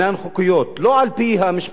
לא על-פי המשפט הבין-לאומי,